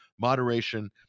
moderation